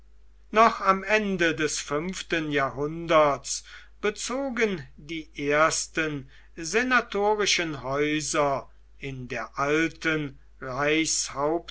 noch am anfang des fünften jahrhunderts bezogen die ersten senatorischen häuser in der alten